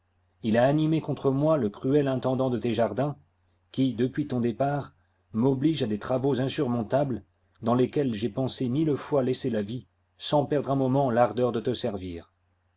il a animé contre moi le cruel intendant de tes jardins qui depuis ton départ m'oblige à des travaux insurmontables dans lesquels j'ai pensé mille fois laisser la vie sans perdre un moment l'ardeur de te servir